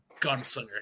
gunslinger